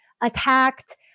attacked